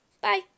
bye